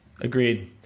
agreed